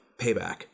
payback